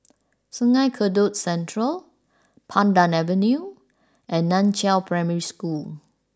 Sungei Kadut Central Pandan Avenue and Nan Chiau Primary School